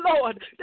lord